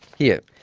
here.